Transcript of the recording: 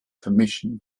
permission